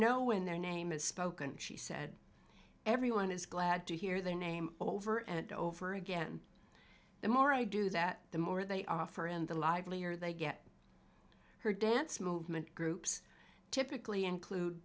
know when their name is spoken she said everyone is glad to hear their name over and over again the more i do that the more they offer in the livelier they get her dance movement groups typically include